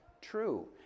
true